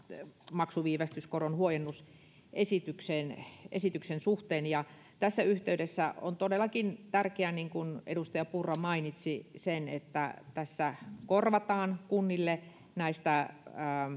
maksuviivästyskoron huojennusesityksen suhteen tässä yhteydessä on todellakin tärkeää niin kuin edustaja purra mainitsi että tässä korvataan kunnille näistä